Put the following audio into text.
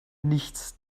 nichts